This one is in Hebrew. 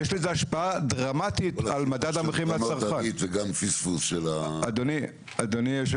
שיש לזה השפעה דרמטית על מדד המחירים --- אדוני היו"ר,